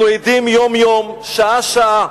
אנחנו עדים יום-יום, שעה-שעה,